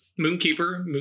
moonkeeper